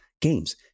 games